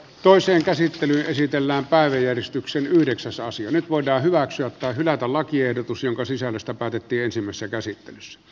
toiseen käsittelyyn esitellään päiväjärjestyksen yhdeksäs nyt voidaan hyväksyä tai hylätä lakiehdotus jonka sisällöstä päätettiin ensimmäisessä käsittelyssä